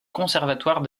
conservatoire